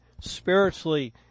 spiritually